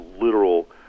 literal